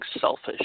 selfish